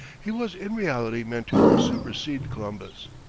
he was in reality meant to supersede columbus.